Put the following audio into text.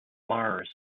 mars